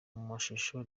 mashusho